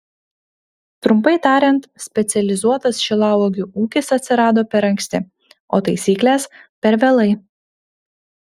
trumpai tariant specializuotas šilauogių ūkis atsirado per anksti o taisyklės per vėlai